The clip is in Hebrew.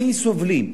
הכי סובלים,